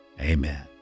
Amen